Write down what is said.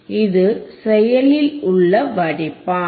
இது செயலில் உள்ள வடிப்பான்